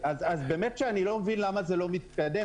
אז באמת שאני לא מבין למה זה לא מתקדם.